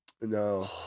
No